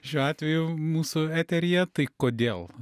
šiuo atveju mūsų eteryje tai kodėl